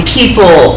people